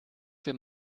für